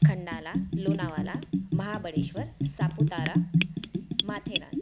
Khandala Lonavala Mahabaleshwar Saputara Matheran